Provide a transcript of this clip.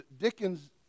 Dickens